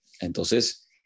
Entonces